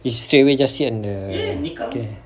is straight away just sit on the okay